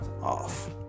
off